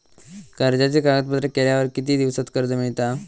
कर्जाचे कागदपत्र केल्यावर किती दिवसात कर्ज मिळता?